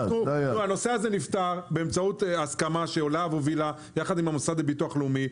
הנושא הזה הגיע לפתרון באמצעות שהובילה לה"ב יחד עם המוסד לביטוח לאומי.